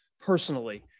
personally